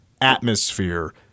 atmosphere